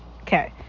Okay